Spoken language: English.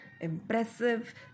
impressive